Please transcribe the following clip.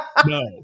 No